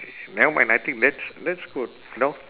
now when I think that's that's good you know